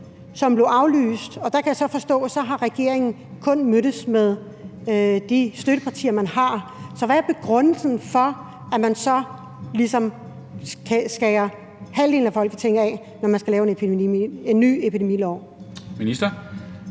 som blev aflyst. Jeg kan så forstå, at regeringen kun har mødtes med dens støttepartier. Men hvad er begrundelsen for, at man ligesom afskærer halvdelen af Folketinget fra det, når man skal lave en ny epidemilov? Kl.